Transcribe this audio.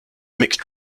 mixed